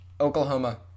Oklahoma